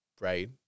right